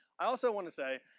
i also want to say,